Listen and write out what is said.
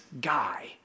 guy